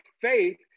faith